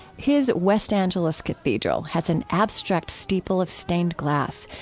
his west angeles cathedral has an abstract steeple of stained glass,